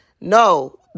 No